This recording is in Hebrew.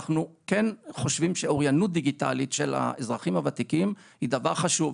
אנחנו כן חושבים שאוריינות דיגיטלית של האזרחים הוותיקים היא דבר חשוב,